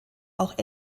auch